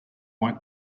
white